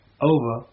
over